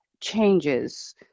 changes